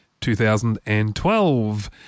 2012